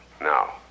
Now